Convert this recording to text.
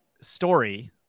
story